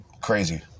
crazy